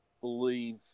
believe